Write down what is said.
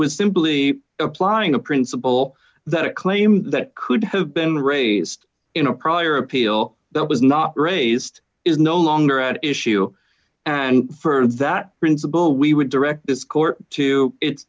was simply applying a principle that a claim that could have been raised in a prior appeal that was not raised is no longer at issue and for that principle we would direct this court to it